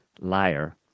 liar